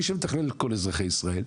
מי שמתכלל את כל אזרחי ישראל,